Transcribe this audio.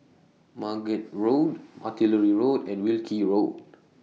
Margate Road Artillery Road and Wilkie Road